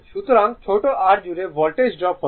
সুতরাং ছোট r জুড়ে ভোল্টেজ ড্রপ 55